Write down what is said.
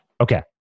Okay